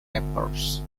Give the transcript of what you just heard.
papers